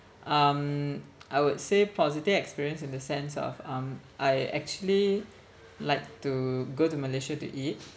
um I would say positive experience in the sense of um I actually like to go to Malaysia to eat